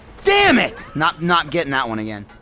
damn it! not not getting that one again